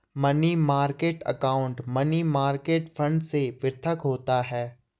money market account money market fund से पृथक होता है